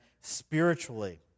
spiritually